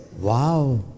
wow